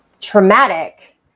traumatic